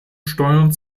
steuern